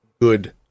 good